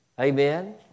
Amen